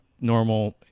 normal